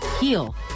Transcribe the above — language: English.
heal